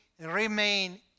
remain